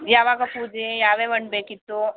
ಯಾವಾಗ ಪೂಜೆ ಯಾವ್ಯಾವ ಹಣ್ ಬೇಕಿತ್ತು